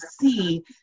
see